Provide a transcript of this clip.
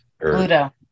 Pluto